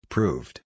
Proved